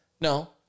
no